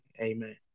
Amen